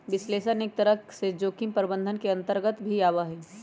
विश्लेषण एक तरह से जोखिम प्रबंधन के अन्तर्गत भी आवा हई